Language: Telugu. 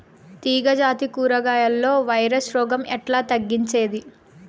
తీగ జాతి కూరగాయల్లో వైరస్ రోగం ఎట్లా తగ్గించేది?